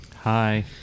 hi